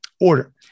order